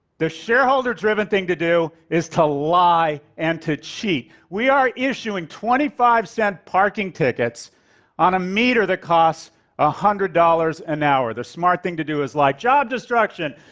the shareholder-driven thing to do, is to lie and to cheat. we are issuing twenty five cent parking tickets on a meter that costs ah hundred dollars an hour. the smart thing to do is lie. job destruction!